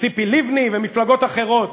ציפי לבני ומפלגות אחרות,